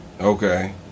Okay